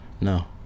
No